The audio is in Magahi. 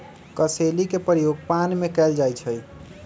कसेली के प्रयोग पान में कएल जाइ छइ